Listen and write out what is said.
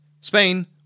Spain